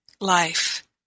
life